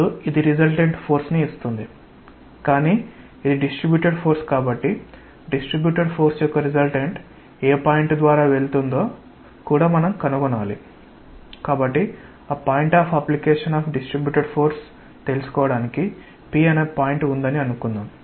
ఇప్పుడు ఇది resultant force ని ఇస్తుంది కానీ ఇది డిస్ట్రిబ్యూటెడ్ ఫోర్స్ కాబట్టి డిస్ట్రిబ్యూటెడ్ ఫోర్స్ యొక్క రిసల్టెంట్ ఏ పాయింట్ ద్వారా వెళుతుందో కూడా మనం కనుగొనాలి కాబట్టి point of application of distributed force తెలుసుకోవడానికి P అనే పాయింట్ ఉందని అనుకుందాం